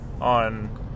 on